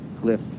Cliff